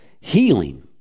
healing